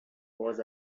was